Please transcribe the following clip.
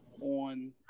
on